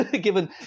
given